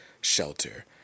shelter